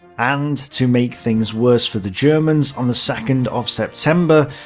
and to make things worse for the germans, on the second of september,